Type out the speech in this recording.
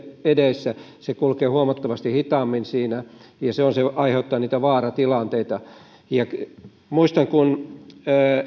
edessä se kulkee huomattavasti hitaammin siinä ja se aiheuttaa niitä vaaratilanteita muistan kun